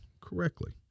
correctly